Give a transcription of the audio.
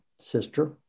sister